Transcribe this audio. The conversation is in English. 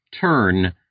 turn